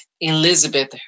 Elizabeth